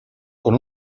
con